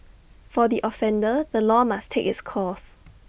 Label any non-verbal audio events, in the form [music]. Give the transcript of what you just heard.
for the offender the law must take its course [noise]